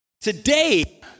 Today